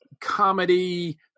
comedy